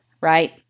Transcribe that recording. right